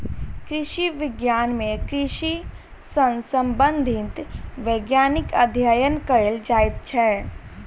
कृषि विज्ञान मे कृषि सॅ संबंधित वैज्ञानिक अध्ययन कयल जाइत छै